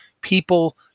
people